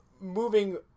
Moving